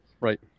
Right